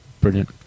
brilliant